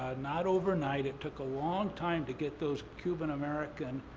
ah not overnight, it took a long time to get those cuban american